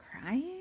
crying